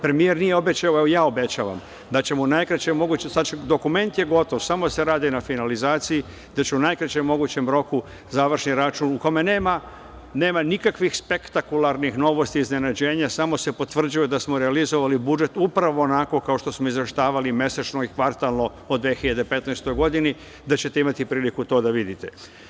Premijer nije obećao, evo ja obećavam da ćemo u najkraćem mogućem, dokument je gotov, samo se radi na finalizaciji, gde će u najkraćem mogućem roku završni račun, u kome nema nikakvih spektakularnih novosti, iznenađenja, samo se potvrđuje da smo realizovali budžet, upravo onako kao što smo izveštavali mesečno i kvartalno o 2015. godini, da ćete imati priliku to da vidite.